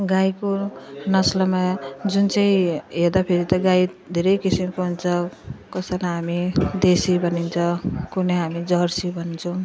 गाईको नस्लमा जुन चाहिँ हेर्दाफेरि त गाई धेरै किसिमको हुन्छ कसैलाई हामी देसी भनिन्छ कुनै हामी जर्सी भन्छौँ